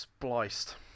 spliced